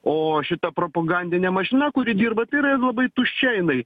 o šita propagandinė mašina kuri dirba tai yra labai tuščia jinai